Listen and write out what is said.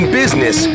business